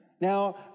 Now